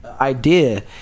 idea